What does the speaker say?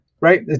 right